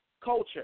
culture